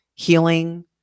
Healing